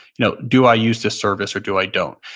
you know do i use this service or do i don't?